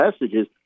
messages